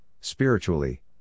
spiritually